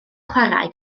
chwarae